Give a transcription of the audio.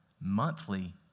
monthly